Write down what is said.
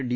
D